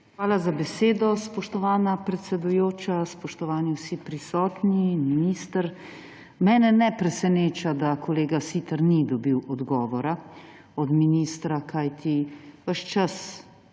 Hvala za besedo, spoštovana predsedujoča. Spoštovani vsi prisotni, minister! Mene ne preseneča, da kolega Siter ni dobil odgovora od ministra, kajti ves čas